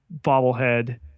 bobblehead